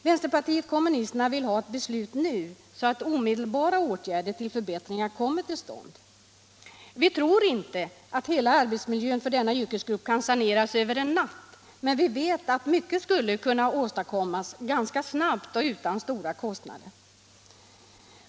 Vänsterpartiet kommunisterna vill ha ett beslut nu, så att omedelbara åtgärder till förbättringar kommer till stånd. Vi tror inte att hela arbetsmiljön för ifrågavarande yrkesgrupp kan saneras Över en natt, men vi vet att mycket skulle kunna åstadkommas ganska snabbt och utan stora kostnader.